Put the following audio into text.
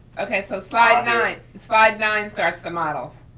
okay so slide nine slide nine starts the models?